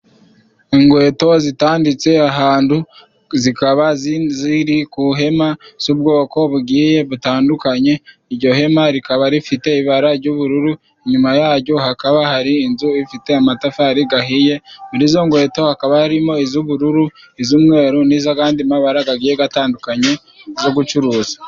Ingweto zitanditse ahantu zikaba ziri ku ihema z'ubwoko bugiye butandukanye. Iryo hema rikaba rifite ibara ry'ubururu, inyuma yaryo hakaba hari inzu ifite amatafari gahiye, muri izo ngweto hakaba harimo iz'ubururu, iz'umweru, n'iz'agandi mabara gagiye gatandukanye zo gucuruza.